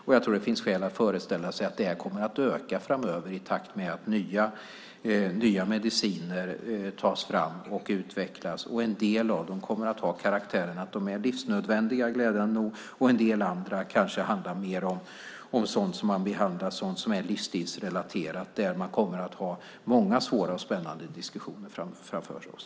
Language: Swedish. Jag tror att det finns skäl att föreställa sig att de kommer att öka framöver i takt med att nya mediciner tas fram och utvecklas. En del av dem kommer att ha karaktären att vara livsnödvändiga - glädjande nog - en del andra kan vara sådana som behandlar sådant som är livsstilsrelaterat. Där har vi många svåra och spännande diskussioner framför oss.